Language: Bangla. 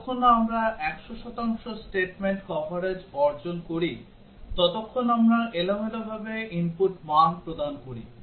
যতক্ষণ না আমরা 100 শতাংশ statement কভারেজ অর্জন করি ততক্ষণ আমরা এলোমেলোভাবে input মান প্রদান করি